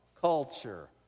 culture